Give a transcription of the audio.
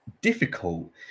difficult